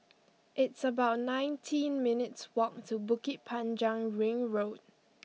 it's about nineteen minutes' walk to Bukit Panjang Ring Road